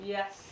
Yes